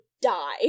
die